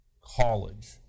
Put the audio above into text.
college